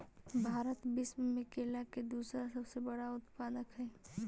भारत विश्व में केला के दूसरा सबसे बड़ा उत्पादक हई